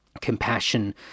compassion